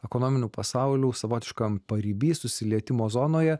ekonominių pasaulių savotiškam paribys susilietimo zonoje